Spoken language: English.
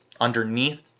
Underneath